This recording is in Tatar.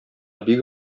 бик